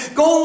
go